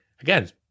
again